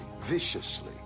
viciously